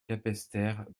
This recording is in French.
capesterre